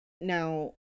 now